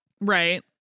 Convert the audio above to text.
Right